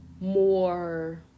more